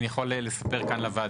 אני יכול לספר כאן בוועדה,